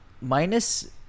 Minus